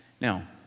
Now